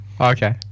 Okay